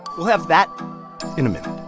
we'll have that in a minute